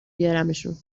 بیارمشون